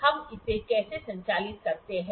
हम इसे कैसे संचालित करते हैं